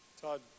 Todd